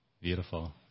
Beautiful